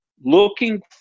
looking